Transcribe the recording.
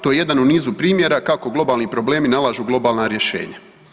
To je jedan u nizu primjera kako globalni problemi nalažu globalna rješenja.